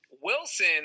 wilson